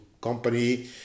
company